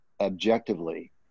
objectively